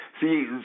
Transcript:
See